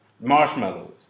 Marshmallows